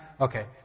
Okay